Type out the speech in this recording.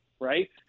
right